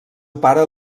pare